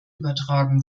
übertragen